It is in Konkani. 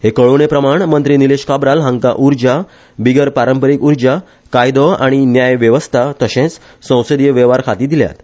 हे कळोवणे प्रमाण मंत्री निलेश काब्राल हांका उर्जा बिगर पारंपारिक उर्जा कायदो आनी न्याय व्यवस्था तशेंच संसदिय वेव्हार खातीं दिल्यात